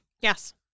Yes